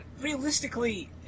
realistically